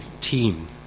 team